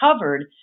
covered